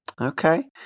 Okay